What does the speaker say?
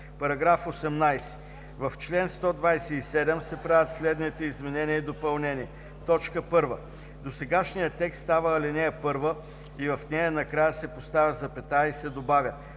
§ 18: „§ 18. В чл. 127 се правят следните изменения и допълнения: „1. Досегашният текст става ал. 1 и в нея накрая се поставя запетая и се добавя